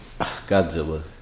Godzilla